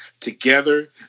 together